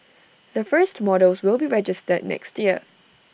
the first models will be registered next year